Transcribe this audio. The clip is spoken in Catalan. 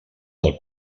del